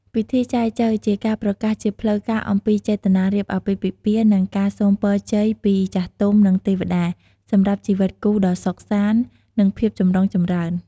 ពិធីចែចូវ ជាការប្រកាសជាផ្លូវការអំពីចេតនារៀបអាពាហ៍ពិពាហ៍ និងការសូមពរជ័យពីចាស់ទុំ និងទេវតា សម្រាប់ជីវិតគូដ៏សុខសាន្ត និងភាពចម្រុងចម្រើន។